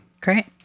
Great